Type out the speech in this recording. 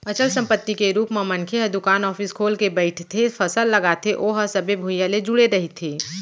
अचल संपत्ति के रुप म मनखे ह दुकान, ऑफिस खोल के बइठथे, फसल लगाथे ओहा सबे भुइयाँ ले जुड़े रहिथे